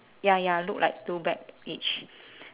ya ya look like two bag each